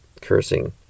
cursing